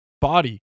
body